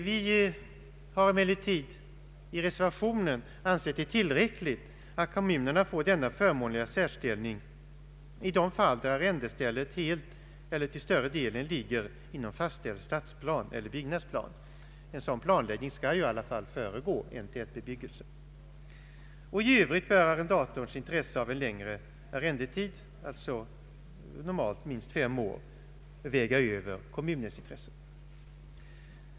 Vi har emellertid i reservationen ansett det tillräckligt att kommunerna får denna förmånliga särställning i de fall där arrendestället helt eller till större delen ligger inom fastställd stadsplan eller byggnadsplan. En sådan plan skall ju i alla fall föregå en tätbebyggelse. I övrigt bör arrendatorns intresse av en längre arrendetid, normalt minst fem år, väga över kommunens intresse.